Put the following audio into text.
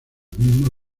mismo